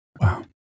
Wow